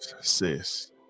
sis